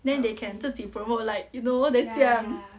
then they can 自己 promote like you know then 这样